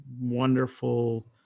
wonderful